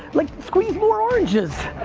like squeeze more oranges!